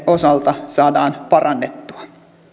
osalta saadaan parannettua